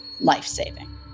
life-saving